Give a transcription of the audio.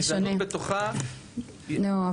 גזענות בתוכה --- לא,